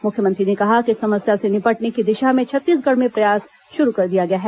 मुख्यमंत्री ने कहा कि इस समस्या से निपटने की दिशा में छत्तीसगढ़ में प्रयास शुरू कर दिया गया है